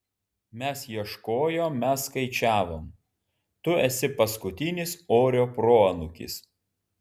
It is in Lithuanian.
mes ieškojom mes skaičiavom tu esi paskutinis orio proanūkis